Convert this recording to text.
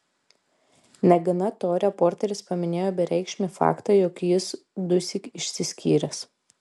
negana to reporteris paminėjo bereikšmį faktą jog jis dusyk išsiskyręs